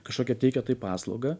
kašokią teikia tai paslauga